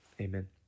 Amen